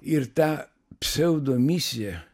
ir ta pseudomisija